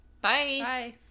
bye